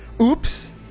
Oops